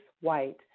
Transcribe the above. White